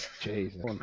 Jesus